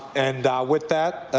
and with that,